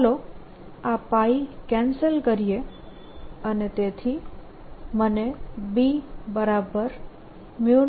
ચાલો આ કેન્સલ કરીએ અને તેથી મને B02πa2